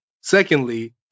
Secondly